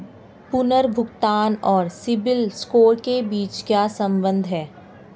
पुनर्भुगतान और सिबिल स्कोर के बीच क्या संबंध है?